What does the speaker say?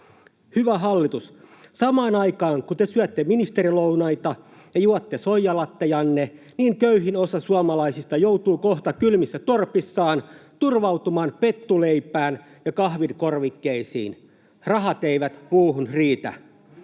Hyvä hallitus, samaan aikaan kun te syötte ministerilounaita ja juotte soijalattejanne, köyhin osa suomalaisista joutuu kohta kylmissä torpissaan turvautumaan pettuleipään ja kahvinkorvikkeisiin — rahat eivät muuhun riitä.